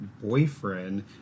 boyfriend